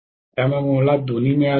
त्यामुळे मला दोन्ही मिळाले आहेत